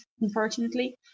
unfortunately